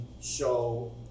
show